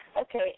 Okay